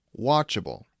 watchable